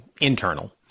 internal